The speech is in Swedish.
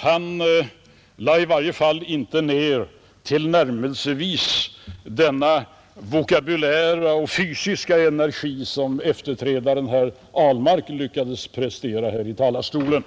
Han lade i varje fall inte ner tillnärmelsevis den vokabulära och fysiska energi som efterträdaren här i talarstolen, herr Ahlmark, lyckades prestera,